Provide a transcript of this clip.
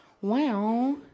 wow